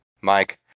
Mike